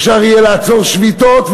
אפשר יהיה לעצור שביתות,